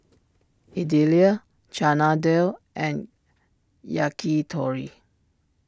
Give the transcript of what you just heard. Idili Chana Dal and Yakitori